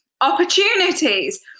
opportunities